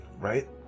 right